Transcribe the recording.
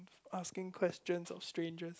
asking questions of strangers